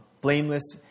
blameless